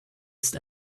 ist